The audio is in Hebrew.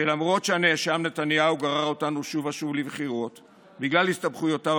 שלמרות שהנאשם נתניהו גרר אותנו שוב ושוב לבחירות בגלל הסתבכויותיו